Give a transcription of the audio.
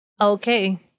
Okay